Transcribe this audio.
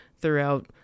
throughout